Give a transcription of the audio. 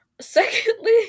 secondly